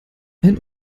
ein